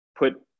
put